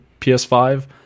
ps5